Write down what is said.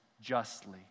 justly